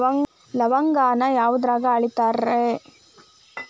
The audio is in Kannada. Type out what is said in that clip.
ಲವಂಗಾನ ಯಾವುದ್ರಾಗ ಅಳಿತಾರ್ ರೇ?